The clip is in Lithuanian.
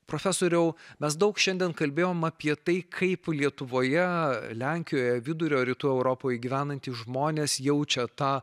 profesoriau mes daug šiandien kalbėjom apie tai kaip lietuvoje lenkijoje vidurio rytų europoje gyvenantys žmonės jaučia tą